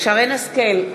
שרן השכל,